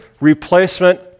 replacement